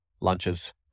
lunches